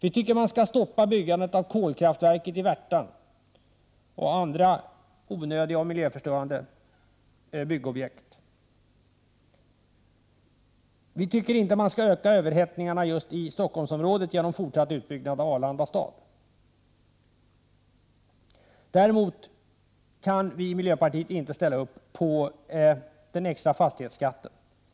Vi tycker att man skall stoppa byggande av kolkraftverket i Värtan och andra onödiga miljöförstörande byggobjekt. Vi tycker inte att man skall öka överhettningen just i Stockholmsområdet genom fortsatt utbyggnad av Arlanda stad. Däremot kan vi i miljöpartiet inte stödja förslaget om en extra fastighetsskatt.